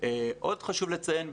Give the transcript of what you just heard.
עוד חשוב לציין,